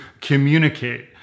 communicate